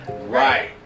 Right